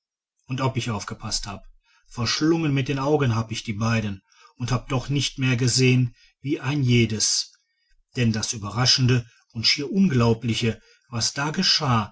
und ob ich aufgepaßt hab verschlungen mit den augen hab ich die beiden und hab doch nicht mehr gesehen wie ein jedes denn das überraschende und schier unglaubliche was da geschah